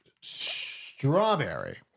Strawberry